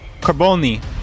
Carboni